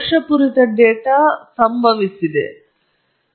ಇಲ್ಲಿನ ಅನಿಶ್ಚಿತತೆಯು ನಿಮ್ಮ ಲೆಕ್ಕ ದೋಷಕ್ಕೆ ಸಂಬಂಧಿಸಿದಂತೆ ಅಲ್ಲ ಅದು ಪಕ್ಕಕ್ಕೆ ಇಡಬೇಕು